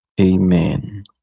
Amen